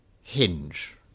hinge